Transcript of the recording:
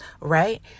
right